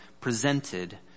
presented